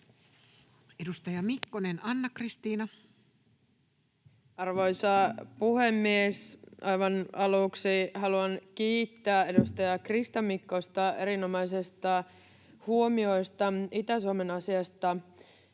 laeiksi Time: 20:53 Content: Arvoisa puhemies! Aivan aluksi haluan kiittää edustaja Krista Mikkosta erinomaisista huomioista Itä-Suomen asiasta.